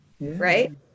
right